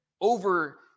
over